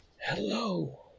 Hello